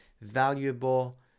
valuable